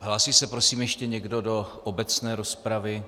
Hlásí se prosím ještě někdo do obecné rozpravy?